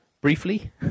briefly